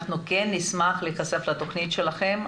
אנחנו כן נשמח להיחשף לתוכנית שלכם,